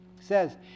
says